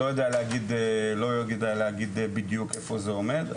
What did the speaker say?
לא יודע להגיד בדיוק איפה זה עומד,